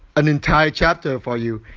an entire chapter for you.